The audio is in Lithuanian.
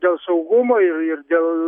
dėl saugumo ir ir dėl